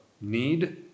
need